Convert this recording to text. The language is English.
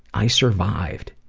i survived.